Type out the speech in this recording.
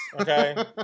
Okay